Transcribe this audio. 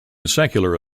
secular